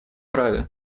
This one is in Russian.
праве